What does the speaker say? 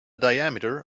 diameter